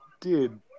dude